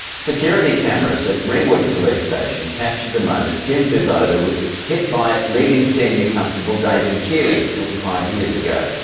security cameras at ringwood police station captured the moment tim vivoda was hit by leading senior constable david kealy nearly five years ago.